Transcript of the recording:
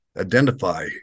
identify